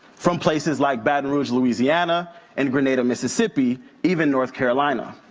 from places like baton rouge, louisiana and grenada, mississippi, even north carolina.